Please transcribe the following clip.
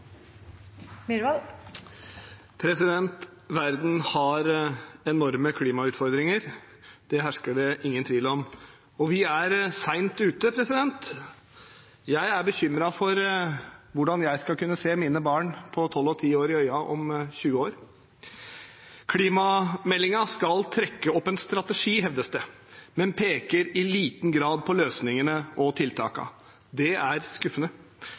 omme. Verden har enorme klimautfordringer. Det hersker det ingen tvil om. Og vi er sent ute. Jeg er bekymret for hvordan jeg skal kunne se mine barn på 12 og 10 år i øynene om 20 år. Klimameldingen skal trekke opp en strategi, hevdes det, men den peker i liten grad på løsningene og tiltakene. Det er